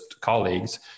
colleagues